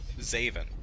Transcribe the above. Zavin